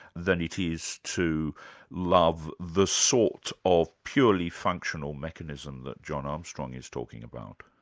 than it is to love the sort of purely functional mechanism that john armstrong is talking about?